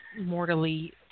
mortally